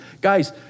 Guys